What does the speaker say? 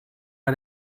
bei